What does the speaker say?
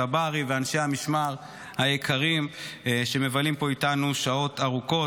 צברי ואנשי המשמר היקרים שמבלים פה איתנו שעות ארוכות.